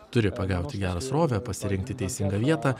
turi pagauti gerą srovę pasirinkti teisingą vietą